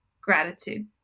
Gratitude